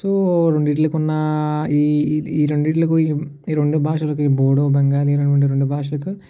so రెండీటికి ఉన్న ఈ రెండీటికి ఈ రెండు భాషలకి ఈ బోడో బెంగాలీ అను రెండు భాషలకు